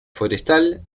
forestal